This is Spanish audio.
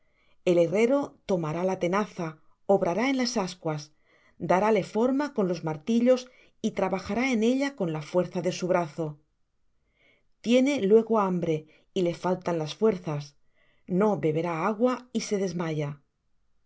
el herrero tomará la tenaza obrará en las ascuas darále forma con los martillos y trabajará en ella con la fuerza de su brazo tiene luego hambre y le faltan las fuerzas no beberá agua y se desmaya